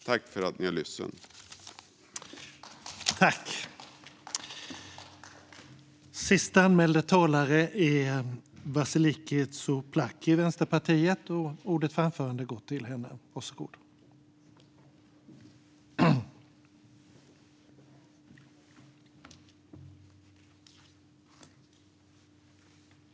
Tack för att ni har lyssnat!